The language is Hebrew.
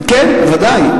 כן, ודאי.